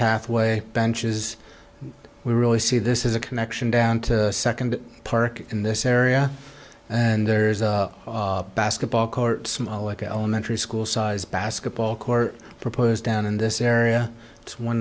pathway benches we really see this is a connection down to second park in this area and there's a basketball court small like elementary school sized basketball court proposed down in this area it's one